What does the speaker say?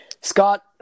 Scott